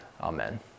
Amen